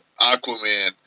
Aquaman